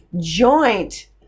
joint